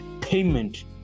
payment